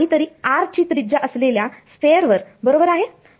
काहीतरी r ची त्रिज्या असलेल्या स्फेअर वर बरोबर आहे